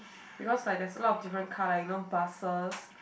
because like there's a lot of different car like you know buses